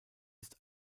ist